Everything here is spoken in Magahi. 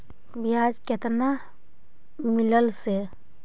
बियाज केतना मिललय से?